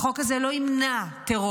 החוק הזה לא ימנע טרור.